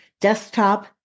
desktop